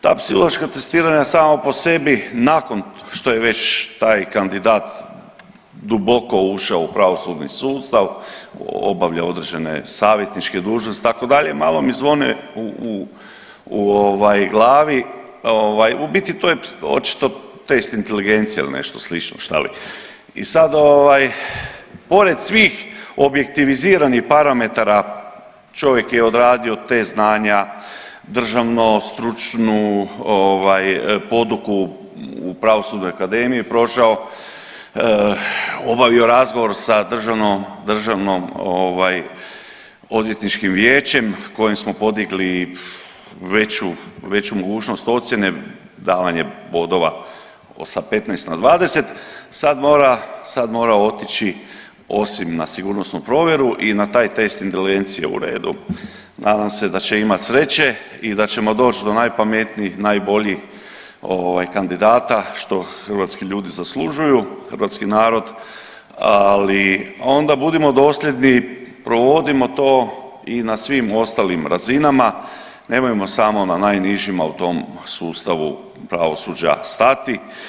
Ta psihološka testiranja sama po sebi nakon što je već taj kandidat duboko ušao u pravosudni sustav, obavljao određene savjetničke dužnosti itd., malo mi zvone u, u, u ovaj glavi, ovaj u biti to je očito test inteligencije ili nešto slično šta li i sad ovaj pored svih objektiviziranih parametara čovjek je odradio test znanja, državno stručnu ovaj poduku u pravosudnoj akademiji prošao, obavio razgovor sa državnom, državnom ovaj odvjetničkim vijećem kojem smo podigli veću, veću mogućnost ocjene davanje bodova sa 15 na 20 sad mora, sad mora otići osim na sigurnosnu provjeru i na taj test inteligencije, u redu nadam se da će imat sreće i da ćemo doć do najpametnijih i najboljih ovaj kandidata što hrvatski ljudi zaslužuju, hrvatski narod, ali onda budimo dosljedni i provodimo to i na svim ostalim razinama, nemojmo samo na najnižima u tom sustavu pravosuđa stati.